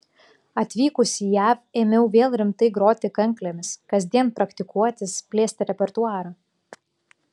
atvykusi į jav ėmiau vėl rimtai groti kanklėmis kasdien praktikuotis plėsti repertuarą